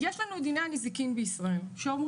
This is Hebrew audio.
יש לנו את דיני הנזיקין בישראל שיש